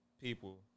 people